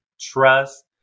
trust